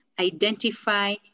identify